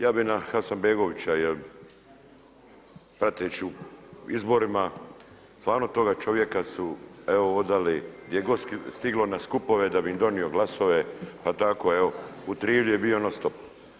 Ja bi na Hasanbegovića, jer prateći u izborima stvarno toga čovjeka su evo hodali gdje god stiglo na skupove, da bi im donio glasove, pa tako evo, u Trilju je bio non stop.